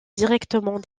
directement